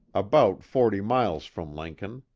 about forty miles from lincoln.